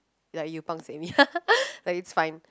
like you pangseh me like it's fine